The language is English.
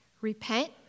Repent